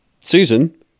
Susan